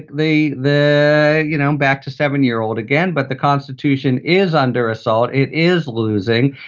the the, you know, back to seven year old again. but the constitution is under assault it is losing.